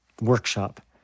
workshop